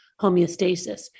homeostasis